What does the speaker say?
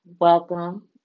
Welcome